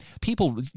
people